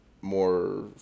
more